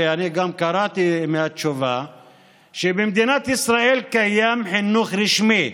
ואני גם קראתי מהתשובה שבמדינת ישראל קיים חינוך רשמי.